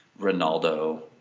Ronaldo